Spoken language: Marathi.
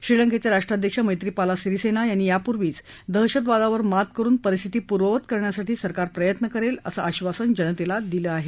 श्रीलंकेचे राष्ट्राध्यक्ष मैत्रीपाल सिरिसेन यांनी यापूर्वीच दहशतवादावर मात करुन परिस्थिती पूर्ववत करण्यासाठी सरकार प्रयत्न करेल असं आधासन जनतेला दिलं आहे